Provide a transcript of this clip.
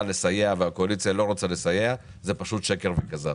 לסייע ושהקואליציה לא רוצה לסייע זה פשוט שקר וכזב.